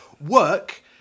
work